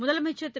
முதலமைச்சர் திரு